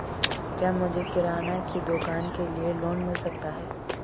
क्या मुझे किराना की दुकान के लिए लोंन मिल सकता है?